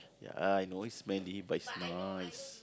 ya I know it's smelly but it's nice